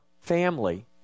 family